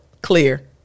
clear